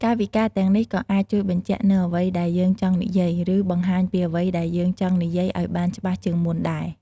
កាយវិការទាំងនេះក៏អាចជួយបញ្ជាក់នូវអ្វីដែលយើងចង់និយាយ ឬ បង្ហាញពីអ្វីដែលយើងចង់និយាយឱ្យបានច្បាស់ជាងមុនដែរ។